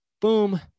Boom